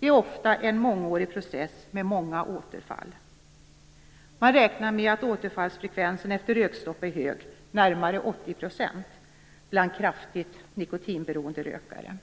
Det är ofta en mångårig process med många återfall. Man räknar med att återfallsfrekvensen efter rökstopp är hög, närmare 80 %, bland kraftigt nikotinberoende rökare.